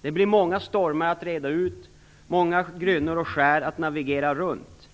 Det blir många stormar att reda ut och många grynnor och skär att navigera runt.